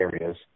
areas